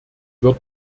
wird